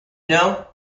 know